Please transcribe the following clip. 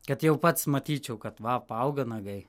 kad jau pats matyčiau kad va paauga nagai